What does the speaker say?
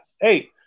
Hey